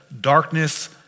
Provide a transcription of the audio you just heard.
darkness